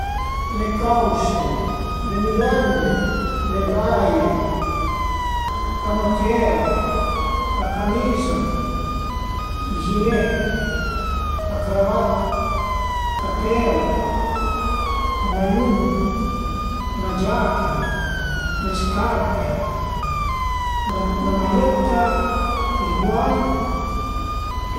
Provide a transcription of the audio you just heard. Le cause, le müdande, le braie, la canutiera, la camiza, ël gilet, la cravata, capèl, i maiun, la giaca, le scarpe, 'na maiëtta, i guant